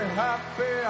happy